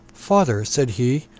father, said he,